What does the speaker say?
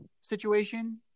situation